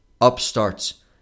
upstarts